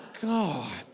God